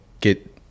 get